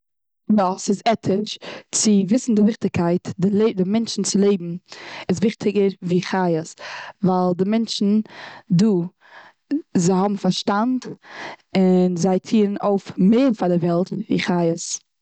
יא, סאיז עטיש צו וויסן די וויכטיגקייט די לע, די מענטשנס לעבן איז וויכטיגער ווי חיות. ווייל די מענטשן דא, זיי האבן פארשטאנד, און זיי טוען אויף מער פאר די וועלט ווי חיות.